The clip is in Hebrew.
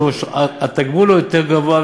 שבשורת ההטבות הנלוות התגמול יותר גבוה,